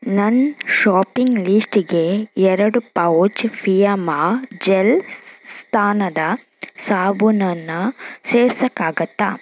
ನನ್ನ ಶಾಪಿಂಗ್ ಲಿಸ್ಟಿಗೆ ಎರಡು ಪೌಚ್ ಫಿಯಾಮಾ ಜೆಲ್ ಸ್ನಾನದ ಸಾಬೂನನ್ನು ಸೇರ್ಸಕ್ಕಾಗತ್ತಾ